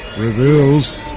reveals